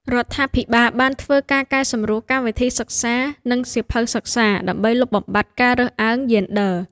រដ្ឋាភិបាលបានធ្វើការកែសម្រួលកម្មវិធីសិក្សា និងសៀវភៅសិក្សា ដើម្បីលុបបំបាត់ការរើសអើងយេនឌ័រ។